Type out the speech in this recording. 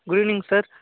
good evening sir